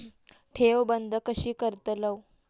ठेव बंद कशी करतलव?